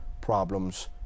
problems